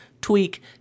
tweak